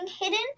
hidden